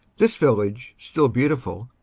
this village, still beautiful,